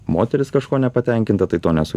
moteris kažkuo nepatenkinta tai to nesu